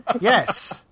Yes